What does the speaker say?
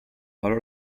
paolo